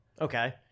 Okay